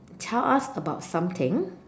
tell us about something